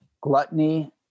Gluttony